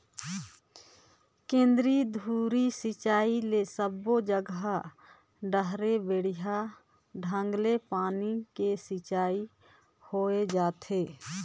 केंद्रीय धुरी सिंचई ले सबो जघा डहर बड़िया ढंग ले पानी के सिंचाई होय जाथे